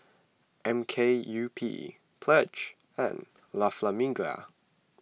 M K U P Pledge and La Famiglia